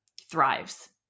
thrives